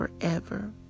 forever